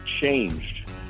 changed